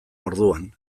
orduan